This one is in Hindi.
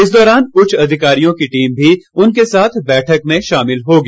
इस दौरान उच्च अधिकारियों की टीम भी उनके साथ बैठक में शामिल होगी